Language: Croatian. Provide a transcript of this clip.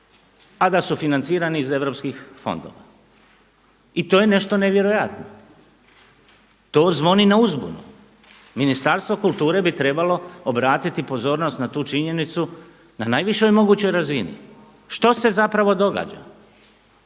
a da su financirani iz EU fondova. I to je nešto nevjerojatno. To zvoni na uzbunu. Ministarstvo kulture bi trebalo obratiti pozornost na tu činjenicu na najvišoj mogućoj razini. Što se zapravo događa?